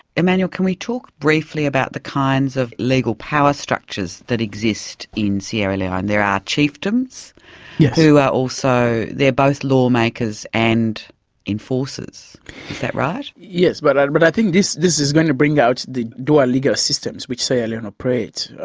emmanuel, can we talk briefly about the kinds of legal power structures that exist in sierra leone? there are chiefdoms yeah who are also. they're both lawmakers and enforcers, is that right? yes, but i but i think this this is going to bring out the dual legal systems which sierra leone operates.